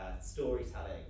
storytelling